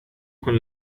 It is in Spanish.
con